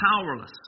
powerless